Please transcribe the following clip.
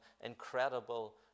incredible